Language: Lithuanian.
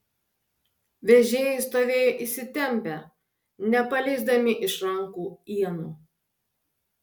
vežėjai stovėjo įsitempę nepaleisdami iš rankų ienų